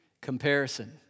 Comparison